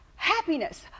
happiness